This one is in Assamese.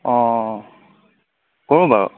কৰোঁ বাৰু